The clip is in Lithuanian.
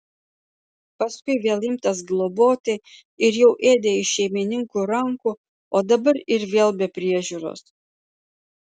paskui vėl imtas globoti ir jau ėdė iš šeimininkų rankų o dabar ir vėl be priežiūros